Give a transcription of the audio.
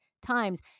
times